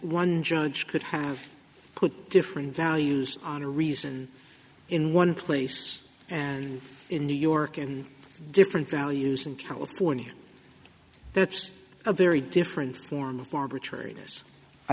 one judge could have put different values on a reason in one place and in new york in different values in california that's a very different form of arbitrar